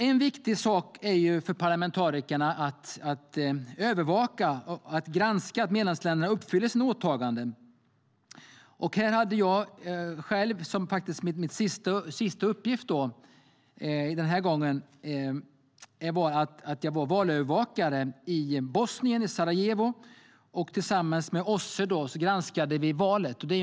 En viktig sak för parlamentarikerna att övervaka och granska är att medlemsländerna uppfyller sina åtaganden. Min sista uppgift den här gången var som valövervakare i Bosnien, i Sarajevo. Tillsammans med OSSE granskade vi valet.